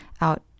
out